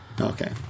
Okay